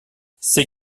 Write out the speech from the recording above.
c’est